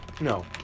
No